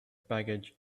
baggage